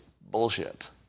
bullshit